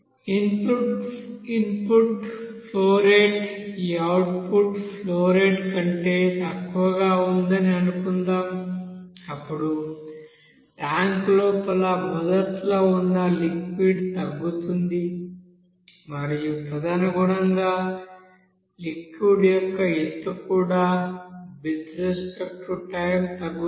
input flow rate ఈ output flow rate కంటే తక్కువగా ఉందని అనుకుందాం అప్పుడు ట్యాంక్ లోపల మొదట్లో ఉన్న లిక్విడ్ తగ్గుతుంది మరియు తదనుగుణంగా లిక్విడ్ యొక్క ఎత్తు కూడా విత్ రెస్పెక్ట్ టు టైం తగ్గుతుంది